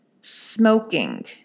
smoking